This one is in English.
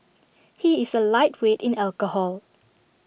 he is A lightweight in alcohol